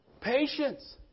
Patience